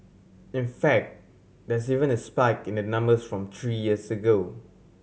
in fact there's even a spike in the numbers from three years ago